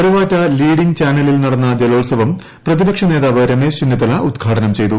Karuvatta leading ചാനലിൽ നടന്ന ജലോത്സവം പ്രതിപക്ഷ നേതാവ് രമേശ് ചെന്നിത്തല ഉദ്ഘാടനം ചെയ്തു